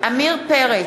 עמיר פרץ,